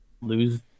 lose